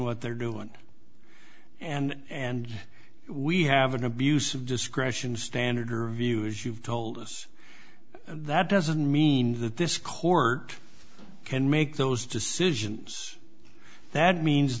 they're doing and we have an abuse of discretion standard or view as you've told us that doesn't mean that this court can make those decisions that means